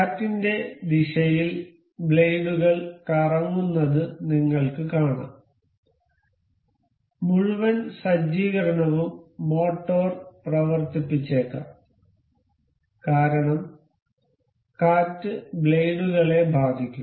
കാറ്റിന്റെ ദിശയിൽ ബ്ലേഡുകൾ കറങ്ങുന്നത് നിങ്ങൾക്ക് കാണാം മുഴുവൻ സജ്ജീകരണവും മോട്ടോർ പ്രവർത്തിപ്പിച്ചേക്കാം കാരണം കാറ്റ് ബ്ലേഡുകളെ ബാധിക്കും